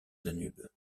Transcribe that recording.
danube